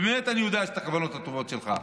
באמת אני יודע את הכוונות הטובות שלך: